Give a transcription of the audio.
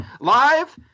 live